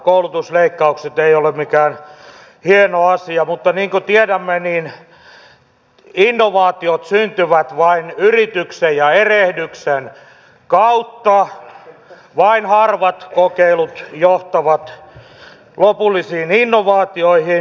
koulutusleikkaukset eivät ole mikään hieno asia mutta niin kuin tiedämme innovaatiot syntyvät vain yrityksen ja erehdyksen kautta vain harvat kokeilut johtavat lopullisiin innovaatioihin